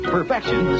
Perfection